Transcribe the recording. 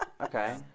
Okay